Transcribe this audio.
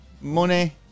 money